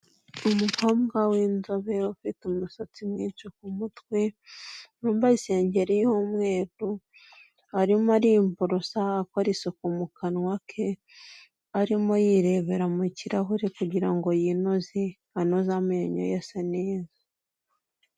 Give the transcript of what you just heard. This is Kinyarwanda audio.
Umukobwa w'inzobere ufite umusatsi mwinshi kumutwe wambaye isengeri y'umweru, arimo ariborosa akora isuku mu kanwa ke, arimo yirebera mu kirahure kugira ngo yinoze anoze amenyo ye ase neza.